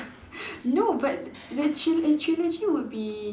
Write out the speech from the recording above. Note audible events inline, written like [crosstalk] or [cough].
[breath] no but the tril~ the trilogy would be